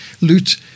loot